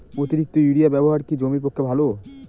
অতিরিক্ত ইউরিয়া ব্যবহার কি জমির পক্ষে ভালো?